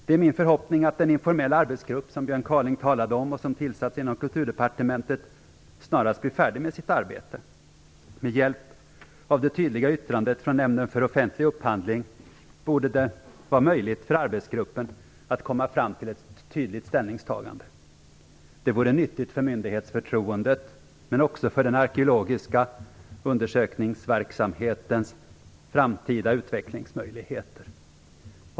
Det är min förhoppning att den informella arbetsgrupp som Björn Kaaling talade om och som tillsatts inom Kulturdepartementet snarast blir färdig med sitt arbete. Med hjälp av det tydliga yttrandet från Nämnden för offentlig upphandling borde det vara möjligt för arbetsgruppen att komma fram till ett tydligt ställningstagande. Det vore nyttigt för myndighetsförtroendet, och också för den arkeologiska undersökningsverksamhetens framtida utvecklingsmöjligheter.